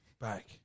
back